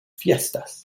fiestas